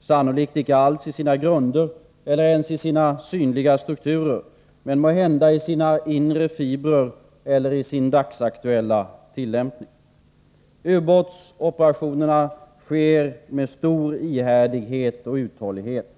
sannolikt icke alls i sina grunder eller ens i sina synliga strukturer, men måhända i sina inre fibrer eller i sin dagsaktuella tillämpning. Ubåtsoperationerna sker med stor ihärdighet och uthållighet.